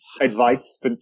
advice